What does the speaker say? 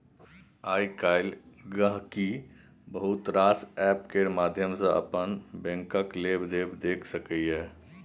आइ काल्हि गांहिकी बहुत रास एप्प केर माध्यम सँ अपन बैंकक लेबदेब देखि सकैए